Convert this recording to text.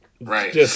Right